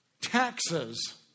taxes